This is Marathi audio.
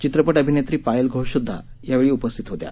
चित्रपट अभिनेत्री पायल घोषसुद्धा यावेळी उपस्थित होत्या